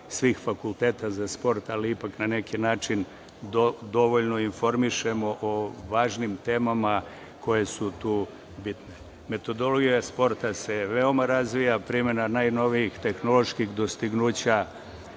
svih fakulteta za sport, ali ipak na neki način dovoljno informišemo o važnim temama koje su tu bitne. Metodologija sporta se veoma razvija. Primena najnovijih tehnoloških dostignuća